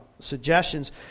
suggestions